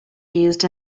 used